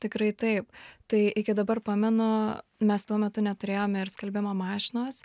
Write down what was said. tikrai taip tai iki dabar pamenu mes tuo metu neturėjome ir skalbimo mašinos